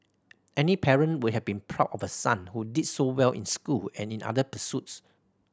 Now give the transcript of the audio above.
any parent would have been proud of a son who did so well in school and in other pursuits